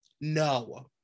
no